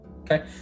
Okay